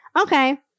okay